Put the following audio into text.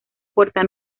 puerta